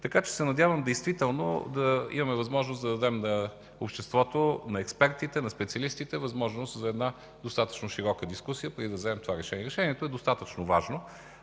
Така че се надявам действително да имаме възможност да дадем на обществото, на експертите, на специалистите възможност за една достатъчно широка дискусия, преди да вземем това решение. Така че нека да